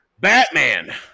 Batman